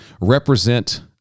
represent